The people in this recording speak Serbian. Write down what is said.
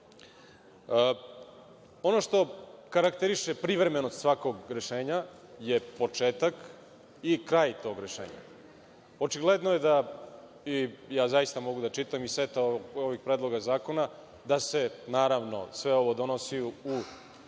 što karakteriše privremenost svakog rešenja je početak i kraj tog rešenja. Očigledno je da, zaista mogu da čitam iz seta ovih predloga zakona, se sve ovo donosi u svrhu